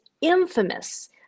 infamous